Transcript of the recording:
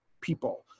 people